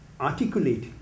articulate